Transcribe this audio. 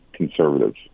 conservatives